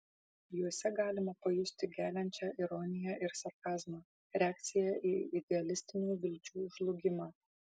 juose galima pajusti geliančią ironiją ir sarkazmą reakciją į idealistinių vilčių žlugimą